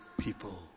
people